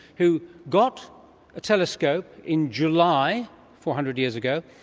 who got a telescope in july four hundred years ago,